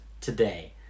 today